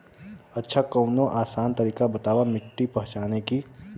अच्छा कवनो आसान तरीका बतावा मिट्टी पहचाने की?